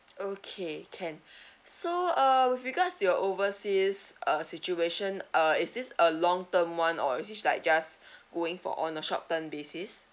okay can so uh with regards to your overseas uh situation uh is this a long term [one] or is it like just going for on a short term basis